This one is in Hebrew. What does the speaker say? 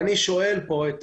אני שואל כאן את